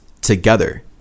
together